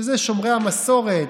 שזה שומרי המסורת,